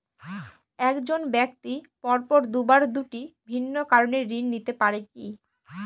এক জন ব্যক্তি পরপর দুবার দুটি ভিন্ন কারণে ঋণ নিতে পারে কী?